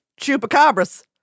chupacabras